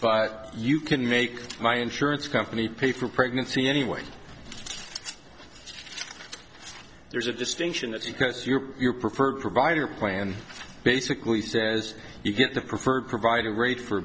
but you can make my insurance company pay for pregnancy anyway there's a distinction that's because your preferred provider plan basically says you get the preferred provider rate for